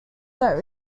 that